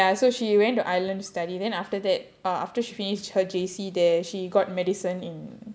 ya so she went to ireland to study then after that after uh she finished her J_C there she got medicine in